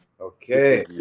Okay